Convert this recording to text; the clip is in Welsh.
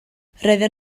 roedden